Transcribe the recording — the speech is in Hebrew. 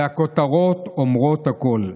והכותרות אומרות הכול.